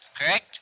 Correct